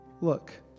Look